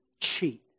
cheat